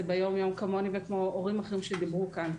ביום-יום כמוני וכמו הורים אחרים שדיברו כאן.